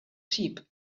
sheep